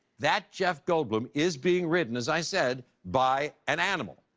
that jeff goldblum is being ridden, as i said by an animal.